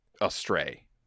astray